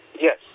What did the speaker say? Yes